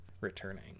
returning